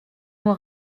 nur